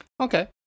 Okay